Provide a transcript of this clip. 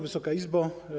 Wysoka Izbo!